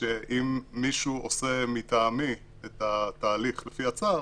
שאם מישהו עושה מטעמי את התהליך לפי הצו,